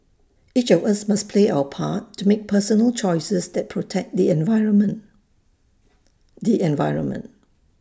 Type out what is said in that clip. each of us must play our part to make personal choices that protect the environment the environment